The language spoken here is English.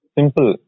Simple